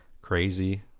crazy